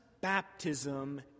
baptism